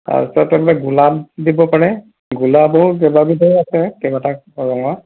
তাৰপিছত গোলাপ দিব পাৰে গোলাবৰো কেবাবিধৰো আছে কেইবাটাক ৰঙৰ